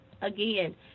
Again